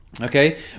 Okay